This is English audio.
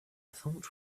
thought